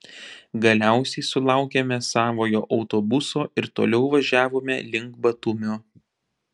galiausiai sulaukėme savojo autobuso ir toliau važiavome link batumio